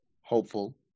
hopeful